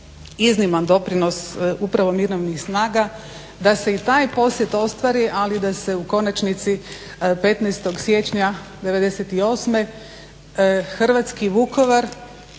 izniman doprinos upravo mirovnih snaga da se i taj posjet ostvari ali da se u konačnici 15. siječnja 1998. hrvatski Vukovar